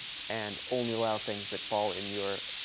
and only allow things that fall in your